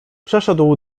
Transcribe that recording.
przeszedł